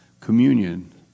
communion